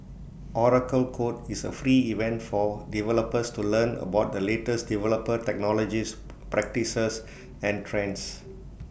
Oracle code is A free event for developers to learn about the latest developer technologies practices and trends